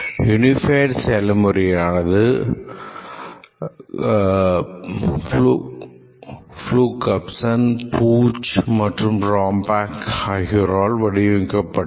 unified செயல்முறையானது Jacobson Booch மற்றும் Rumbaugh ஆகியோரால் வடிவமைக்கப்பட்டது